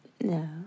No